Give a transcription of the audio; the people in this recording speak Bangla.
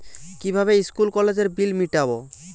কিভাবে স্কুল কলেজের বিল মিটাব?